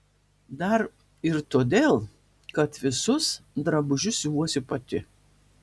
dar ir todėl kad visus drabužius siuvuosi pati